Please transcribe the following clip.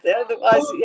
Otherwise